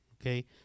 Okay